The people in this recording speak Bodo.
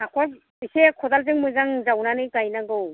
हाखर एसे मोजां खदालजों जावनानै गायनांगौ